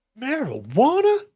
Marijuana